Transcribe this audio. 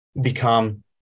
become